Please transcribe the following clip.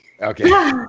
Okay